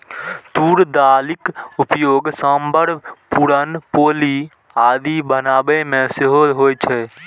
तूर दालिक उपयोग सांभर, पुरन पोली आदि बनाबै मे सेहो होइ छै